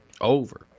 over